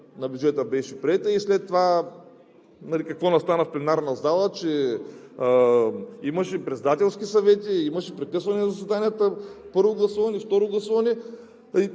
на бюджета беше приета. След това какво настана в пленарната зала? Имаше председателски съвети, имаше прекъсване на заседанията, първо гласуване, второ гласуване…